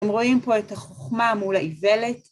הם רואים פה את החוכמה מול האיוולת.